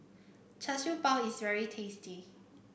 Char Siew Bao is very tasty